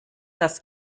das